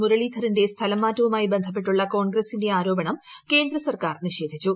മുരളീധറിന്റെ സ്ഥലംമാറ്റവുമായി ബന്ധപ്പെട്ടുള്ള കോൺഗ്രസിന്റെ ആരോപണം കേന്ദ്ര സർക്കാർ നിഷേധിച്ചു